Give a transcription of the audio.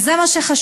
וזה מה שחשוב.